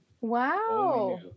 wow